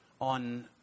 on